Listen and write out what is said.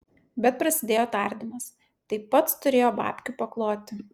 bet prasidėjo tardymas tai pats turėjo babkių pakloti